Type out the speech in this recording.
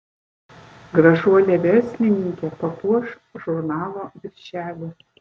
gražuolė verslininkė papuoš žurnalo viršelį